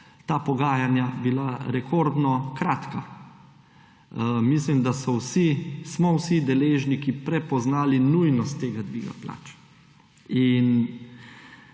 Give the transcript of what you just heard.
ta pogajanja bila rekordno kratka. Mislim, da smo vsi deležniki prepoznali nujnost tega dviga plač. In